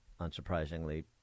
unsurprisingly